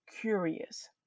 curious